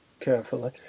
carefully